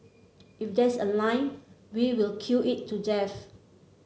if there's a line we will queue it to death